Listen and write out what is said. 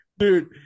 Dude